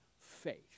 faith